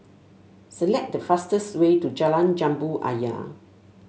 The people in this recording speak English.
select the fastest way to Jalan Jambu Ayer